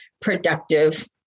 productive